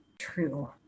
true